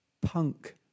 punk